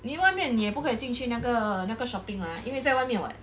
你外面你也不可以进去那个那个 shopping 吗因为在外面 [what]